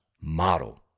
model